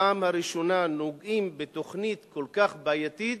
פעם ראשונה נוגעים בתוכנית כל כך בעייתית